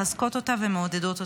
מחזקות אותה ומעודדות אותה.